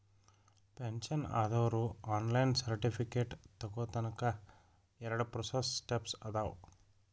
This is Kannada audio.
ಪೆನ್ಷನ್ ಆದೋರು ಆನ್ಲೈನ್ ಸರ್ಟಿಫಿಕೇಟ್ ತೊಗೋನಕ ಎರಡ ಪ್ರೋಸೆಸ್ ಸ್ಟೆಪ್ಸ್ ಅದಾವ